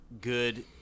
Good